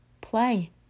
Play